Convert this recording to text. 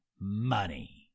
money